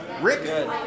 Rick